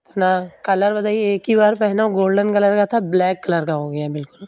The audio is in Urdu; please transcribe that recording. اتنا کلر بتائیے ایک ہی بار پہنا گولڈن کلر کا تھا بلیک کلر کا ہو گیا ہے بالکل